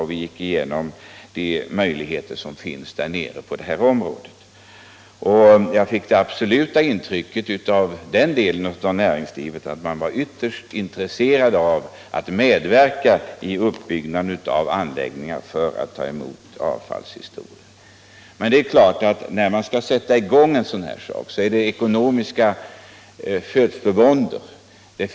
Vi gick därvid igenom de möjligheter som vi där fann att omhänderta hushållsavfall. Jag fick det absoluta intrycket att man i den delen av näringslivet var ytterst intresserad av att medverka vid uppbyggnaden av anläggningar för att ta emot avfall. Det är klart att det uppstår ekonomiska födslovåndor när man skall starta en sådan sak.